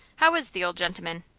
how is the old gentleman?